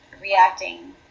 reacting